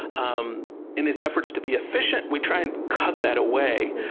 um in its efforts to be efficient, we try and cut that away.